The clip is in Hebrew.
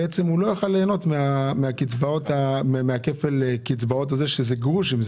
לא יוכל ליהנות מכפל הקצבאות הזה ומדובר ממש בגרושים.